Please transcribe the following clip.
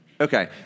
okay